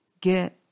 get